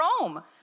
Rome